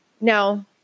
Now